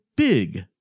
Big